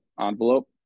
envelope